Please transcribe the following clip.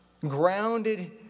grounded